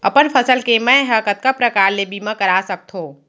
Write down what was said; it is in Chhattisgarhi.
अपन फसल के मै ह कतका प्रकार ले बीमा करा सकथो?